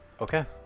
Okay